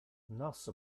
nos